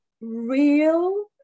real